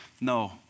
no